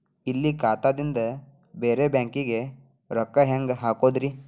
ಇಲ್ಲಿ ಖಾತಾದಿಂದ ಬೇರೆ ಬ್ಯಾಂಕಿಗೆ ರೊಕ್ಕ ಹೆಂಗ್ ಹಾಕೋದ್ರಿ?